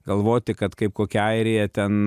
galvoti kad kaip kokia airija ten